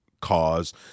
cause